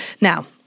Now